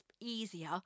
easier